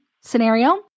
scenario